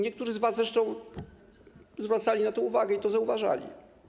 Niektórzy z was zresztą zwracali na to uwagę i to zauważali.